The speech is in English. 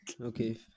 Okay